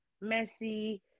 messy